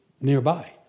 nearby